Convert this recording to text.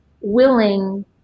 willing